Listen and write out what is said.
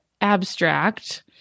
abstract